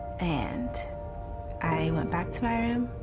and i went back to my room